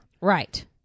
Right